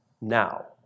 now